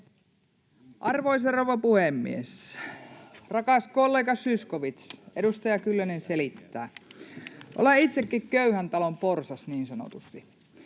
Arvoisa rouva puhemies! Rakas kollega Zyskowicz, edustaja Kyllönen selittää. Olen itsekin köyhän talon porsas, niin sanotusti.